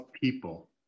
people